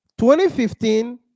2015